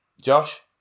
Josh